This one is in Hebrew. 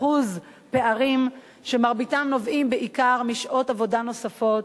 פערים שמרביתם נובעים בעיקר משעות עבודה נוספות.